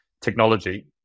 technology